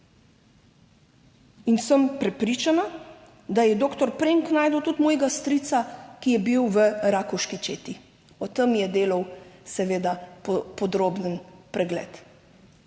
In sem prepričana, da je doktor Premk našel tudi mojega strica, ki je bil v Rakovški četi, o tem je delal seveda podroben pregled.